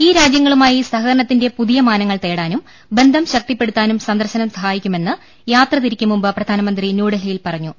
ഈ രാജ്യങ്ങളുമായി സഹകരണത്തിന്റെ പുതിയ മാനങ്ങൾ തേടാനും ബന്ധം ശക്തിപ്പെടുത്താനും സന്ദർശനം സഹായിക്കുമെന്ന് യാത്ര തിരിക്കുംമുമ്പ് പ്രധാനമന്ത്രി ന്യൂഡൽഹിയിൽ പറഞ്ഞു